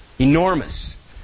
enormous